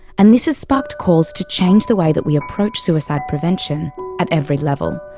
and this has sparked calls to change the way that we approach suicide prevention at every level,